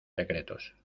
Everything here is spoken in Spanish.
secretos